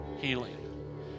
healing